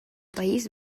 país